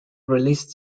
released